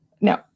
no